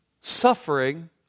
Suffering